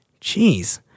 Jeez